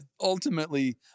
ultimately